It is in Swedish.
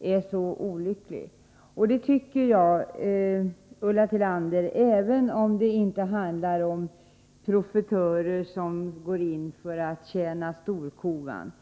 är så olycklig. Och det tycker jag, Ulla Tillander, även om det inte handlar om profitörer som går in för att tjäna storkovan.